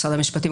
משרד המשפטים.